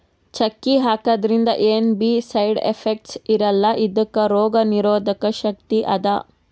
ಚಕ್ಕಿ ಹಾಕಿದ್ರಿಂದ ಏನ್ ಬೀ ಸೈಡ್ ಎಫೆಕ್ಟ್ಸ್ ಇರಲ್ಲಾ ಇದಕ್ಕ್ ರೋಗ್ ನಿರೋಧಕ್ ಶಕ್ತಿ ಅದಾ